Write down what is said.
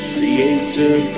creator